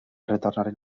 retornaren